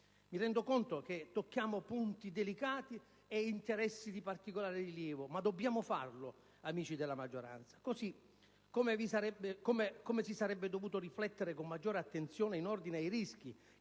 Mi rendo conto che tocchiamo punti delicati e interessi di particolare rilievo ma dobbiamo farlo, amici della maggioranza. Così come si sarebbe dovuto riflettere con maggiore attenzione in ordine ai rischi